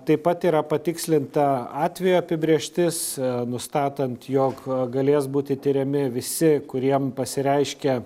taip pat yra patikslinta atvejo apibrėžtis nustatant jog galės būti tiriami visi kuriem pasireiškia